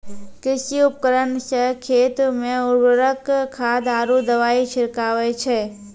कृषि उपकरण सें खेत मे उर्वरक खाद आरु दवाई छिड़कावै छै